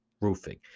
Roofing